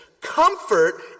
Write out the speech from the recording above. comfort